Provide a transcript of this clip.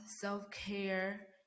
self-care